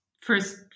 first